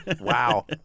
Wow